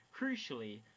Crucially